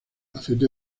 aceite